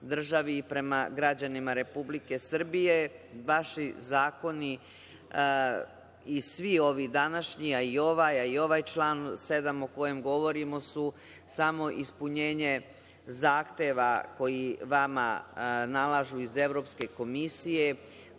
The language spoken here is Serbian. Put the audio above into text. i prema građanima Republike Srbije. Vaši zakoni i svi ovi današnji, i ovaj član 7. o kojem govorimo, su samo ispunjenje zahteva koji vama nalažu iz Evropske komisije.